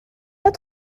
pas